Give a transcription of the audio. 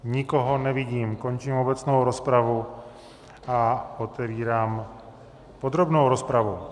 Nikoho nevidím, končím obecnou rozpravu a otevírám podrobnou rozpravu.